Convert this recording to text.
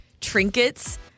trinkets